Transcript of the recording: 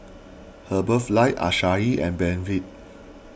Herbalife Asahi and Benefit